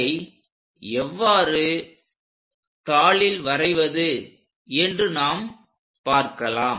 அதை எவ்வாறு தாளில் வரைவது என்று நாம் பார்க்கலாம்